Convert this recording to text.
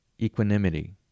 Equanimity